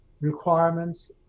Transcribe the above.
requirements